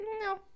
no